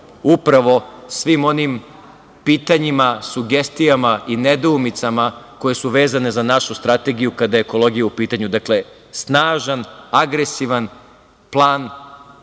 upravo svim onim pitanjima, sugestijama i nedoumicama koje su vezane za našu strategiju kada je ekologija u pitanju. Dakle, snažan, agresivan plan